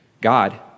God